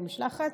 במשלחת?